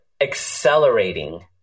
accelerating